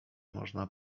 można